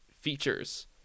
features